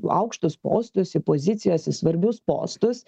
aukštus postus į pozicijas į svarbius postus